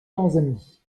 tanzanie